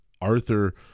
Arthur